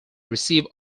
receive